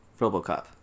Robocop